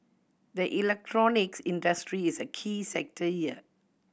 the electronics industry is a key sector here